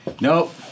nope